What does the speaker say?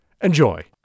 Enjoy